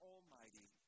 Almighty